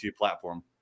platform